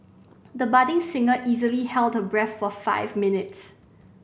the budding singer easily held her breath for five minutes